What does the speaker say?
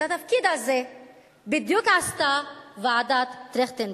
את התפקיד הזה בדיוק עשתה ועדת-טרכטנברג.